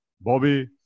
Bobby